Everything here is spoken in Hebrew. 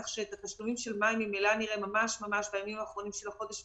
כך שאת התשלומים של מאי ממילא נראה בימים האחרונים של החודש,